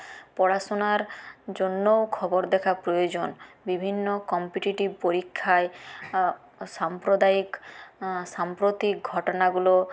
পড়াশুনার জন্যও খবর দেখা প্রয়োজন বিভিন্ন কম্পিটিটিভ পরীক্ষায় সাম্প্রদায়িক সাম্প্রতিক ঘটনাগুলো